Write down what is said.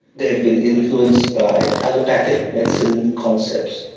they have been influenced by allopathic medicine concepts.